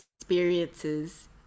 experiences